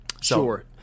Sure